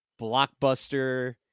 blockbuster